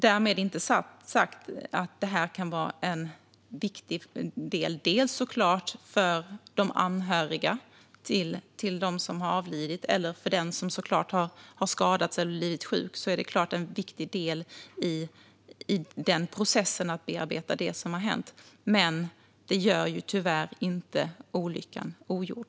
Därmed inte sagt att det här inte kan vara en viktig del. För de anhöriga till den som avlidit eller för den som skadats eller blivit sjuk är det såklart en viktig del i processen att bearbeta det som hänt. Men det gör tyvärr inte olyckan ogjord.